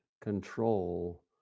control